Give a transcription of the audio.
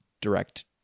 direct